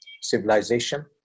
civilization